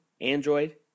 Android